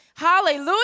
Hallelujah